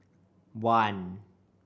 one